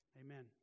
Amen